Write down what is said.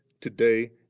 today